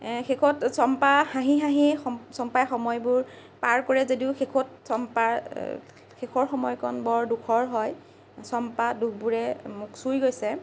শেষত চম্পা হাঁহি হাঁহি স চম্পাই সময়বোৰ পাৰ কৰে যদিও শেষত চম্পাৰ শেষৰ সময়কন বৰ দুখৰ হয় চম্পাৰ দুখবোৰে মোক চুই গৈছে